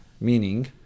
Meaning